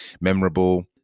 memorable